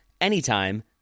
anytime